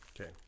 Okay